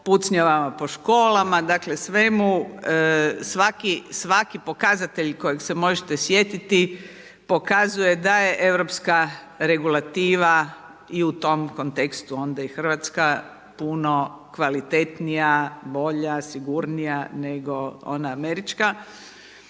pucnjavama po školama. Dakle, svemu, svaki pokazatelj kojeg se možete sjetiti pokazuje da je europska regulativa i u tom kontekstu onda i hrvatska puno kvalitetnija, bolja, sigurnija nego ona američka